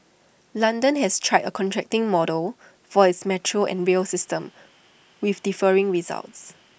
London has tried A contracting model for its metro and rail system with differing results